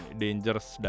dangerous